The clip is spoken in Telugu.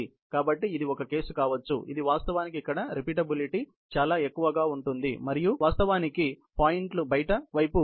కాబట్టి ఇది ఒక కేసు కావచ్చు ఇది వాస్తవానికి ఇక్కడ రిపీటబిలిటీ లోపం చాలా ఎక్కువగా ఉంటుంది మరియు వాస్తవానికి పాయింట్లు బయటి వైపు ఉన్నాయి